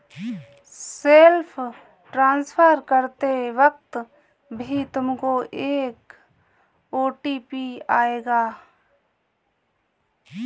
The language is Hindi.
सेल्फ ट्रांसफर करते वक्त भी तुमको एक ओ.टी.पी आएगा